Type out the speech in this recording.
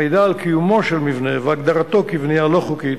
המידע על קיומו של מבנה ועל הגדרתו כבנייה לא חוקית